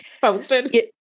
posted